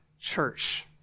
church